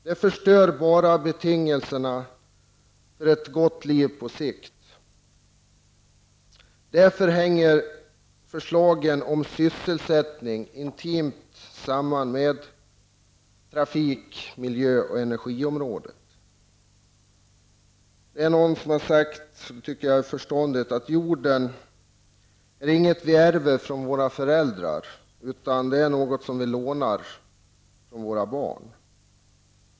Då förstörs betingelserna på sikt för ett gott liv. Därför hänger förslagen om sysselsättningen intimt samman med trafik-, miljöoch energifrågorna. Någon har sagt -- och det tycker jag är förståndigt -- att jorden inte är något som vi ärver från våra föräldrar. Jorden är i stället något som vi lånar av våra barn.